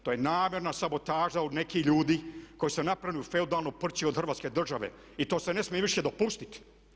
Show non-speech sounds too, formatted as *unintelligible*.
To je namjerna sabotaža u nekih ljudi koji su se napravili feudalnu … *unintelligible* od Hrvatske države i to se ne smije više dopustiti.